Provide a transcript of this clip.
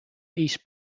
east